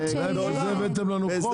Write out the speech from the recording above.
עד שיהיה --- בשביל זה הבאתם לנו חוק,